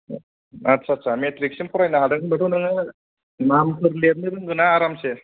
आत्सा आत्सा मेट्रिकसिम फरायनो हादों होनबाथ' नोङो नामफोर लिरनो रोंगोनना आरामसे